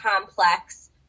complex